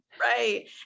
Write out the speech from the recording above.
Right